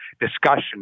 discussion